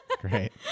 Great